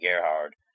Gerhard